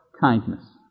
kindness